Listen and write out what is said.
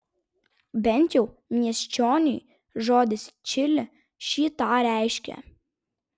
bent jau miesčioniui žodis čili šį tą reiškia